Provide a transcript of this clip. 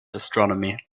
astronomy